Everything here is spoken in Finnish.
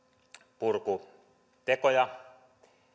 norminpurkutekoja